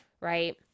right